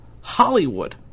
Hollywood